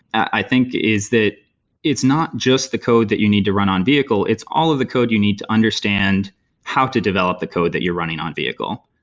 i think is that it's not just the code that you need to run on vehicle. it's all of the code you need to understand how to develop the code that you're running on vehicle.